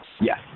Yes